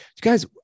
guys